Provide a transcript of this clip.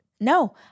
No